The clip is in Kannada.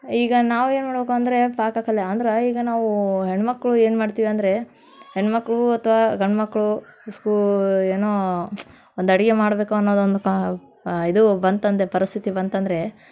ಈಗ ನಾವು ಏನು ಮಾಡ್ಬೇಕು ಅಂದರೆ ಪಾಕಕಲೆ ಅಂದ್ರೆ ಈಗ ನಾವು ಹೆಣ್ಣುಮಕ್ಳು ಏನು ಮಾಡ್ತೀವಿ ಅಂದರೆ ಹೆಣ್ಣು ಮಕ್ಕಳು ಅಥವಾ ಗಂಡ್ ಮಕ್ಕಳು ಸ್ಕೂ ಏನೋ ಒಂದು ಅಡ್ಗೆ ಮಾಡಬೇಕು ಅನ್ನೋದೊಂದು ಕ ಇದು ಬಂತಂದು ಪರಿಸ್ಥಿತಿ ಬಂತಂದರೆ